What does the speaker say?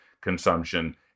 consumption